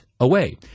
Away